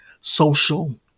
social